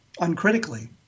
uncritically